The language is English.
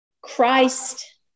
Christ